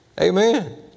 Amen